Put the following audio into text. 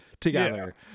together